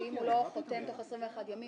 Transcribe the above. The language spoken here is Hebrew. שהוא לא מגיב תוך 21 ימים,